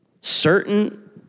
certain